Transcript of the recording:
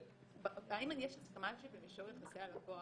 האם יש הסכמה על זה שבמישור יחסי הלקוח,